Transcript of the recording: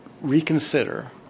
reconsider